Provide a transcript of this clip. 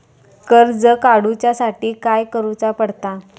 कर्ज काडूच्या साठी काय करुचा पडता?